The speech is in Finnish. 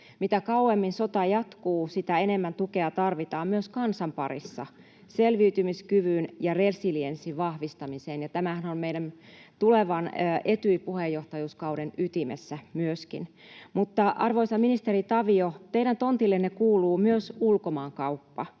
Mitä kauemmin sota jatkuu, sitä enemmän tukea tarvitaan myös kansan parissa selviytymiskyvyn ja resilienssin vahvistamiseen, ja tämähän on meidän tulevan Etyj-puheenjohtajuuskauden ytimessä myöskin. Arvoisa ministeri Tavio, teidän tontillenne kuuluu myös ulkomaankauppa,